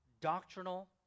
doctrinal